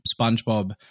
SpongeBob